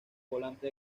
volante